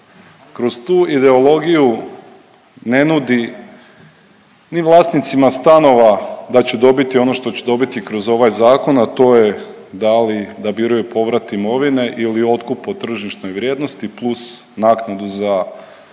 Kroz tu ideologiju ne nudi ni vlasnicima stanova da će dobiti ono što će dobiti kroz ovaj zakon, a to je da li da biraju povrat imovine ili otkup po tržišnoj vrijednosti plus naknadu za sve